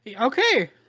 Okay